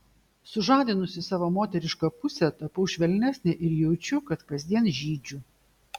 sužadinusi savo moterišką pusę tapau švelnesnė ir jaučiu kad kasdien žydžiu